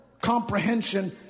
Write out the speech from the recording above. Comprehension